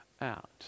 out